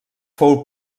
fou